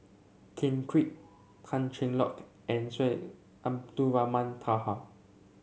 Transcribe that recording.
Ken Kwek Tan Cheng Lock and Syed Abdulrahman Taha